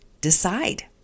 decide